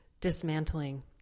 dismantling